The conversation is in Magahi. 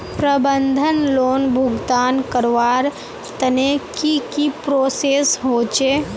प्रबंधन लोन भुगतान करवार तने की की प्रोसेस होचे?